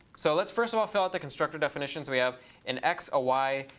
so let's first of all fill out the constructor definitions. we have an x, a y,